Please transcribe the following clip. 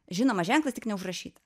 žinomas ženklas tik neužrašyta